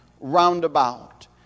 roundabout